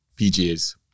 PGAs